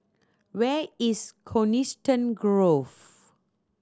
where is Coniston Grove